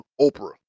Oprah